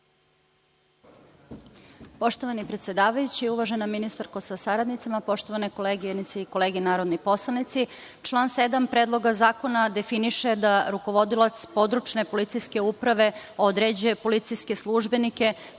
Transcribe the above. Poštovani predsedavajući, uvažena ministarska sa saradnicima, poštovane koleginice i kolege narodni poslanici, član 7. Predloga zakona definiše da rukovodilac područne policijske uprave određuje policijske službenike